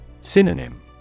Synonym